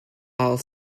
isle